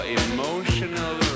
emotional